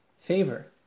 favor